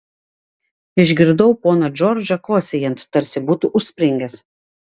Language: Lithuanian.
išgirdau poną džordžą kosėjant tarsi būtų užspringęs